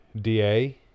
DA